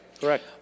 Correct